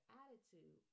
attitude